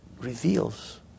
reveals